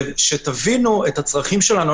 תבינו את הצרכים שלנו.